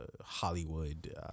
Hollywood